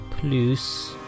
plus